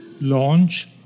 launch